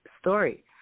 story